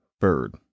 bird